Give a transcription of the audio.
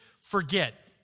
forget